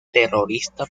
terrorista